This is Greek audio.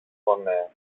φωνές